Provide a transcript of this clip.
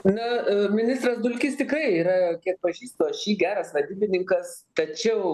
na ministras dulkys tikrai yra kiek pažįstu aš jį geras vadybininkas tačiau